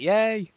Yay